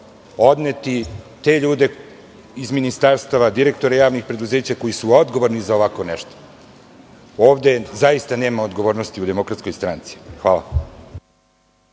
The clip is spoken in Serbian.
odneti te ljude iz ministarstava, direktore javnih preduzeća koji su odgovorni za ovako nešto. Ovde zaista nema odgovornosti u DS. Hvala.